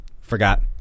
forgot